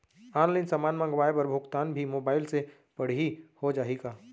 Online समान मंगवाय बर भुगतान भी मोबाइल से पड़ही हो जाही का?